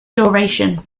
duration